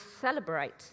celebrate